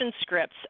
scripts